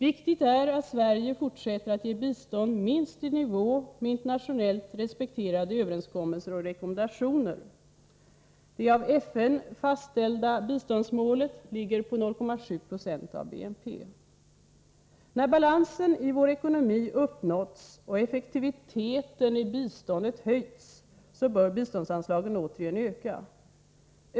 Viktigt är att Sverige fortsätter att ge bistånd minst i nivå med internationellt respekterade överenskommelser och rekommendationer. Det av FN fastställda biståndsmålet ligger på 0,7 76 av BNP. När balansen i vår ekonomi uppnåtts och effektiviteten i biståndet höjts, bör biståndsanslagen återigen öka.